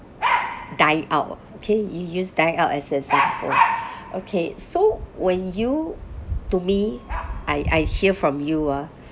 dine out okay you use dining out as example okay so when you to me I I hear from you ah